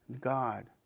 God